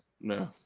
No